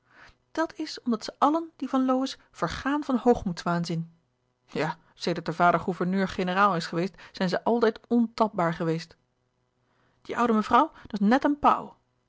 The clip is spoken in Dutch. dat is omdat ze allen die van lowe's vergaan van hoogmoeds waanzin ja sedert de vader gouverneur-generaal is geweest zijn ze altijd ontapbaar geweest die oude mevrouw dat is net een pauw